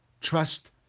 trust